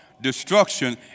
Destruction